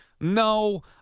No